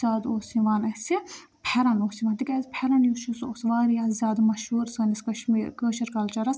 زیادٕ اوٗس یِوان اسہِ پھیٚرَن اوٗس یِوان تِکیازِ پھیٚرَن یُس چھُ سُہ اوٗس وارِیاہ زیادٕ مَشہوٗر سٲنِس کَشمیٖر کٲشِر کَلچَرَس